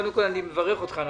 אני מברך אותך על